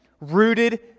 rooted